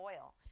oil